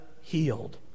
healed